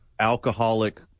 alcoholic